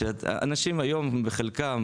שאנשים היום בחלקם,